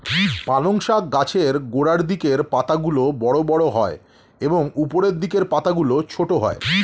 পালং শাক গাছের গোড়ার দিকের পাতাগুলো বড় বড় হয় এবং উপরের দিকের পাতাগুলো ছোট হয়